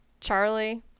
Charlie